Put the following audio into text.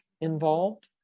involved